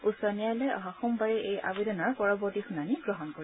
উচ্চ ন্যায়ালয়ে অহা সোমবাৰে এই আৱেদনৰ পৰৱৰ্তী শুনানি গ্ৰহণ কৰিব